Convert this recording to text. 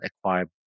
acquired